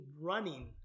running